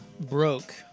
broke